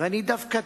ואני דווקא